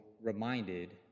reminded